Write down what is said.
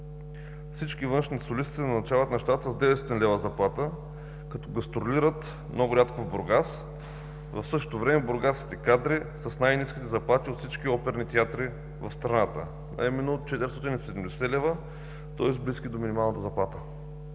Всички външни солисти се назначават на щат с 900 лв. заплата, като гастролират много рядко в Бургас. В същото време бургаските кадри са с най-ниските заплати от всички оперни театри в страната – 470 лв., тоест близки до минималната заплата.